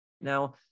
now